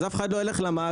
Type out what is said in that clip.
אף אחד לא ילך למאגר,